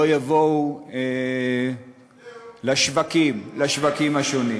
לא יבואו לשווקים השונים.